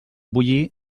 bullir